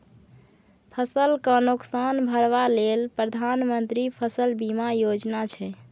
फसल केँ नोकसान भरबा लेल प्रधानमंत्री फसल बीमा योजना छै